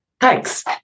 thanks